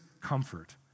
comfort